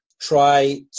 try